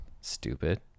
stupid